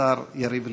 השר יריב לוין.